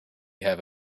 have